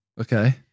Okay